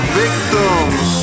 victims